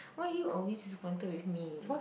why you always disappointed with me